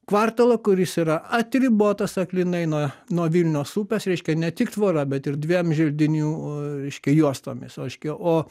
kvartalą kuris yra atribotas aklinai nuo nuo vilnios upės reiškia ne tik tvora bet ir dviem želdinių reiškia juostomis o reiškia o